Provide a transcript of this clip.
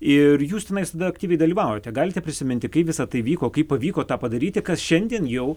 ir jūs tenais tada aktyviai dalyvavote galite prisiminti kaip visa tai vyko kaip pavyko tą padaryti kas šiandien jau